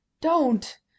Don't